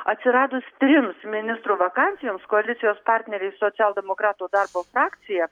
atsiradus trims ministrų vakansijoms koalicijos partneriai socialdemokratų darbo frakcija